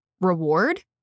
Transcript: reward